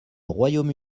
royaume